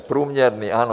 Průměrný, ano.